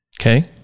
Okay